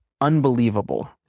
unbelievable